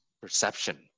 perception